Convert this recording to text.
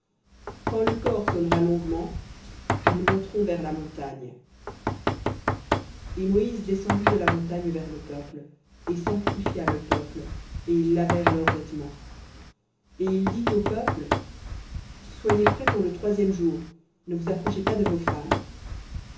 quand le cor sonnera longuement ils monteront vers la montagne et moïse descendit de la montagne vers le peuple et sanctifia le peuple et ils lavèrent leurs vêtements et il dit au peuple soyez prêts pour le troisième jour ne vous approchez pas de femmes